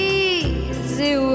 easy